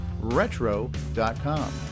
Retro.com